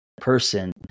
person